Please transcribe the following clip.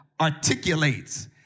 articulates